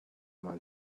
man